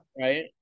Right